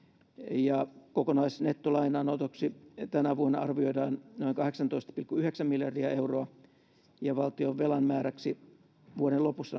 ja kokonaisnettolainanotoksi tänä vuonna arvioidaan noin kahdeksantoista pilkku yhdeksän miljardia euroa ja valtionvelan määräksi vuoden lopussa